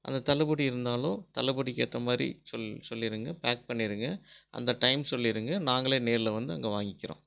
அந்த தள்ளுபடி இருந்தாலும் தள்ளுபடிக்கு ஏற்ற மாதிரி சொல் சொல்லிருங்க பேக் பண்ணிருங்க அந்த டைம் சொல்லிருங்க நாங்களே நேரில் வந்து அங்கே வாங்கிக்கிறோம்